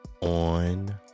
on